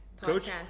Coach